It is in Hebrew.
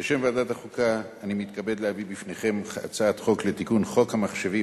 בשם ועדת החוקה אני מתכבד להביא בפניכם הצעת חוק לתיקון חוק המחשבים,